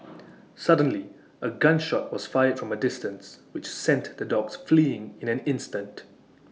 suddenly A gun shot was fired from A distance which sent the dogs fleeing in an instant